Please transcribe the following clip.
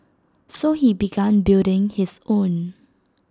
so he began building his own